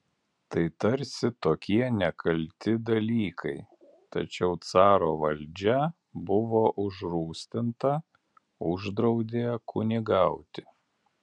tai tarsi tokie nekalti dalykai tačiau caro valdžia buvo užrūstinta uždraudė kunigauti